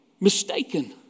mistaken